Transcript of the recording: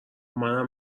منم